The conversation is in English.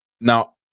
Now